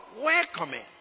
Welcoming